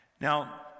now